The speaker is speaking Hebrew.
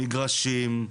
מגרשים,